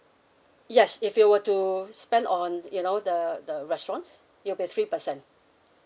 yes if you were to spend on you know the the restaurants it'll be three percent